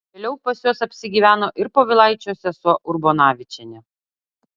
vėliau pas juos apsigyveno ir povilaičio sesuo urbonavičienė